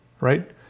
right